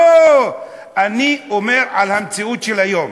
אני אומר על המציאות של היום.